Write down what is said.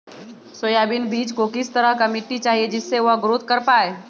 Soybean बीज को किस तरह का मिट्टी चाहिए जिससे वह ग्रोथ कर पाए?